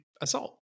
assault